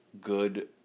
good